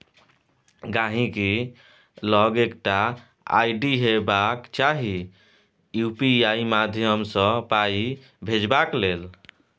गांहिकी लग एकटा आइ.डी हेबाक चाही यु.पी.आइ माध्यमसँ पाइ भेजबाक लेल